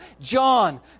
John